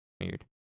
Weird